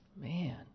Man